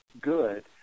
good